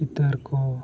ᱪᱤᱛᱟᱹᱨ ᱠᱚ